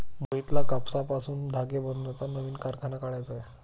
मोहितला कापसापासून धागे बनवण्याचा नवीन कारखाना काढायचा आहे